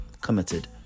committed